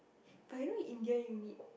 but you know India you need